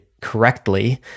correctly